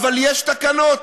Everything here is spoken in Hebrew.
אבל יש תקנות.